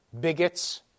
bigots